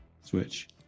switch